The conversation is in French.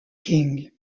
king